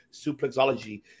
Suplexology